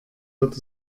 wird